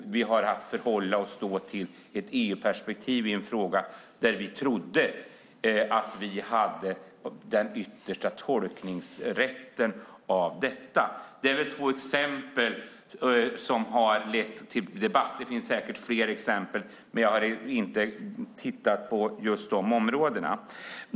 Vi har haft att förhålla oss till ett EU-perspektiv i en fråga där vi trodde att vi hade den yttersta tolkningsrätten. Det är två exempel som har lett till debatt. Det finns säkert fler exempel på andra områden.